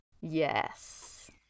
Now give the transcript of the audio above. Yes